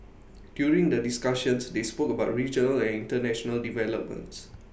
during the discussions they spoke about regional and International developments